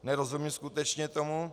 Nerozumím skutečně tomu.